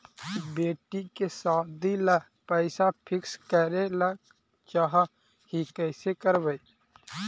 बेटि के सादी ल पैसा फिक्स करे ल चाह ही कैसे करबइ?